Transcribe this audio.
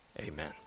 amen